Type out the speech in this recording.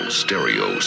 stereo